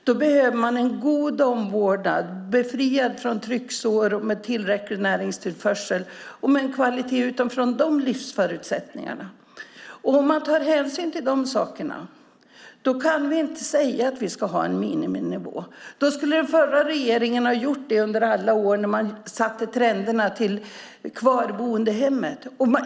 Då behöver patienten en god omvårdnad, befriad från trycksår, med tillräcklig näringstillförsel och med en kvalitet utifrån de livsförutsättningarna. Om man tar hänsyn till de sakerna kan vi inte säga att vi ska ha en miniminivå. Då skulle den förra regeringen ha gjort det under alla år då man satte trenderna till kvarboendehemmet.